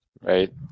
Right